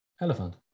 Elephant